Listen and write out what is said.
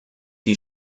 die